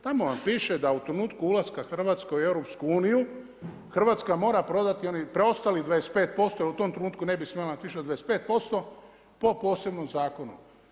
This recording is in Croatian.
Tamo vam piše da u trenutku ulaska Hrvatske u EU Hrvatska mora prodati onih preostalih 25% jer u tom trenutku ne bi smjela imati više od 25% po posebnom zakonu.